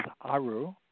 Aru